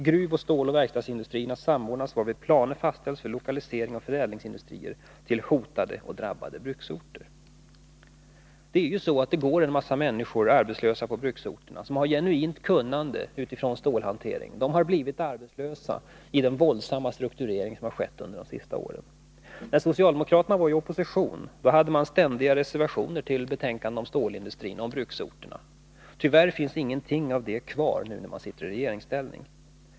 Gruv-, ståloch verkstadsindustrierna skall samordnas, varvid planer fastställs för lokalisering av förädlingsindustrier till hotade och drabbade bruksorter.” Det är ju så att det i bruksorterna går en massa människor arbetslösa som har genuint kunnande i fråga om stålhantering. De har blivit arbetslösa vid den våldsamma omstrukturering som har skett under de senaste åren. När socialdemokraterna var i opposition hade man ständiga reservationer till betänkandena om stålindustrin och bruksorterna. Tyvärr finns ingenting av detta kvar nu, när man sitter i regeringsställning.